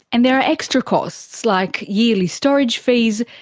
and there are extra costs like yearly storage fees,